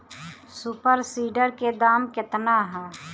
Super seeder के दाम केतना ह?